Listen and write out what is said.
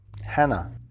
Hannah